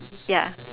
ya